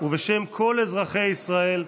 ובשם כל אזרחי ישראל,